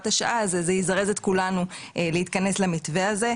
השעה זה יזרז את כולנו להתכנס למתווה הזה.